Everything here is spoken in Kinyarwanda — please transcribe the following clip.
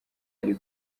ari